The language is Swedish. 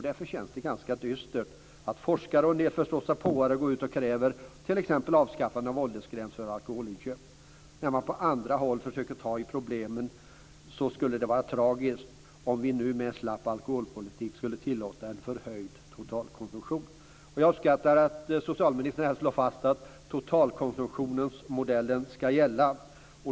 Därför känns det ganska dystert att forskare och förståsigpåare går ut och kräver t.ex. avskaffande av åldersgräns vid alkoholinköp, medan man på andra håll försöker ta itu med problemen. Det skulle vara tragiskt om vi nu med en slapp alkoholpolitik skulle tillåta en förhöjd totalkonsumtion. Jag uppskattar att socialministern här slår fast att totalkonsumtionsmodellen skall gälla.